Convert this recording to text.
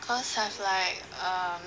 cause have like um